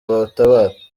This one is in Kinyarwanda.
batabara